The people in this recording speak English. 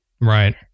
Right